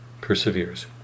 perseveres